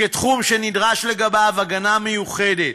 כתחום שנדרשת לגביו הגנה מיוחדת.